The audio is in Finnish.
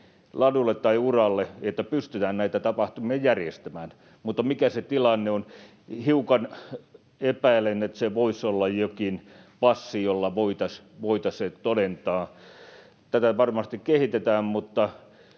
ladulle tai uralle, että pystytään näitä tapahtumia järjestämään. Mutta mikä se tilanne on — hiukan epäilen, että se voisi olla jokin passi, jolla se voitaisiin todentaa. Tätä varmasti kehitetään, mutta